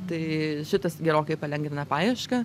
tai šitas gerokai palengvina paiešką